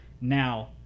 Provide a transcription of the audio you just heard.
Now